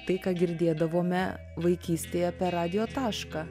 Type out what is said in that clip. tai ką girdėdavome vaikystėje per radijo tašką